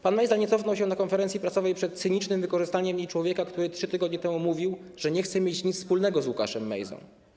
Pan Mejza nie cofnął się na konferencji prasowej przed cynicznym wykorzystaniem w niej człowieka, który 3 tygodnie temu mówił, że nie chce mieć nic wspólnego z Łukaszem Mejzą.